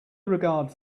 regard